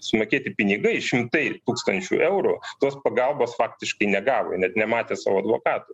sumokėti pinigai šimtai tūkstančių eurų tos pagalbos faktiškai negavo net nematė savo advokatų